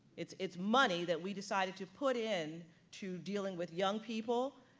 it's it's money that we decided to put in to dealing with young people,